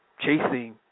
chasing